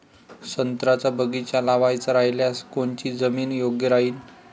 संत्र्याचा बगीचा लावायचा रायल्यास कोनची जमीन योग्य राहीन?